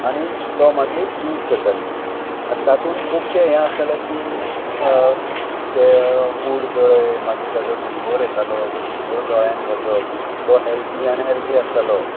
आनी तो मागीर यूज करताली तातूंत खुबशें हें आसतालें की ते वूड जळय मागीर ताजो धुंगोर येतालो तो धुगोर दोळ्यान वचप तो हेल्दी आनी हेल्दी आसतालो